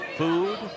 Food